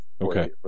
Okay